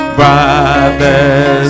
brothers